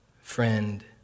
friend